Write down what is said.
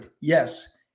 Yes